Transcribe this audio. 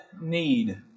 need